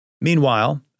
Meanwhile